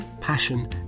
passion